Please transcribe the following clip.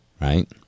right